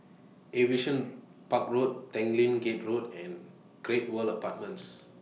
Aviation Park Road Tanglin Gate Road and Great World Apartments